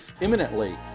imminently